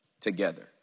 together